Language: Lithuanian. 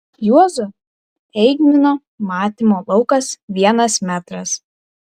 juozo eigmino matymo laukas vienas metras